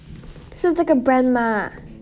是这个 brand 吗